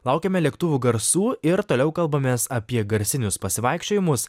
laukiame lėktuvų garsų ir toliau kalbamės apie garsinius pasivaikščiojimus